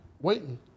waiting